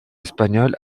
espagnole